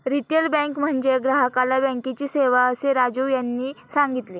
retail bank म्हणजे ग्राहकाला बँकेची सेवा, असे राजीव यांनी सांगितले